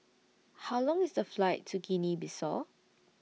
How Long IS The Flight to Guinea Bissau